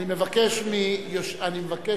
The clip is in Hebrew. אני מבקש מאחי,